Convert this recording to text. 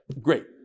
Great